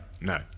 No